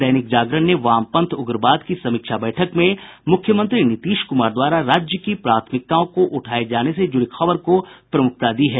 दैनिक जागरण ने वामपंथ उग्रवादी की समीक्षा बैठक में मुख्यमंत्री नीतीश कुमार द्वारा राज्य की प्राथमिकताओं को उठाये जाने से जुड़े खबर को प्रमुखता से प्रकाशित किया है